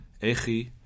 Echi